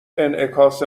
انعکاس